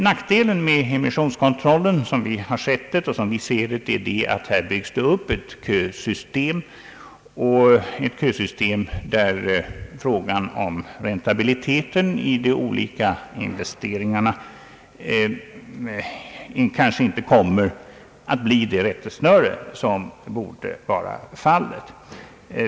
Nackdelen med emissionskontrollen är, som vi ser det, att här byggs upp ett kösystem, där räntabiliteten i de olika investeringarna inte kommer att bli det rättesnöre som borde vara fallet.